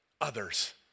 others